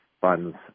funds